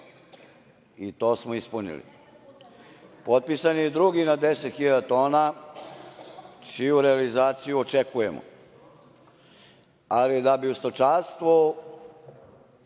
i to smo ispunili. Potpisan je drugi na 10 hiljada tona, čiju realizaciju očekujemo, ali da bi u stočarstvu